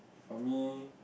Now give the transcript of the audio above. for me